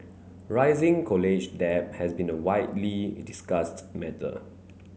rising college debt has been a widely discussed matter